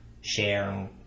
share